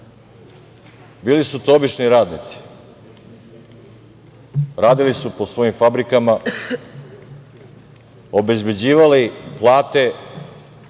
Bili su to obični radnici, radili su po svojim fabrikama, obezbeđivali plate